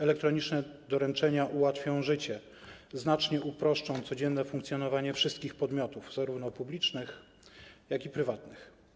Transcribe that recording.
Elektroniczne doręczenia ułatwią życie, znacznie uproszczą codzienne funkcjonowanie wszystkich podmiotów, zarówno publicznych, jak i prywatnych.